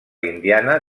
indiana